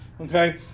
okay